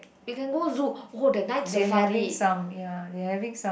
we can go zoo or the Night Safari